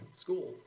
school